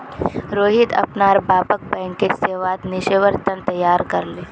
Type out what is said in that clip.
रोहित अपनार बापक बैंकिंग सेवात निवेशेर त न तैयार कर ले